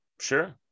sure